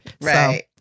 Right